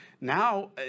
now